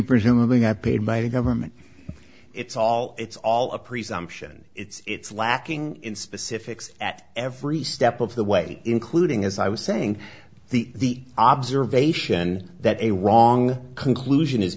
presumably got paid by the government it's all it's all a presumption it's lacking in specifics at every step of the way including as i was saying the observation that a wrong conclusion is